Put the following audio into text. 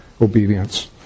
obedience